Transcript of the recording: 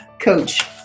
coach